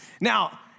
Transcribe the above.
Now